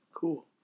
cool